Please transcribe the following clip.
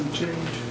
change